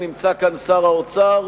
נמצא כאן שר האוצר.